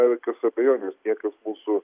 be jokios abejonės niekas mūsų